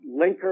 linker